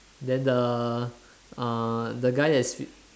then the uh the guy that's fish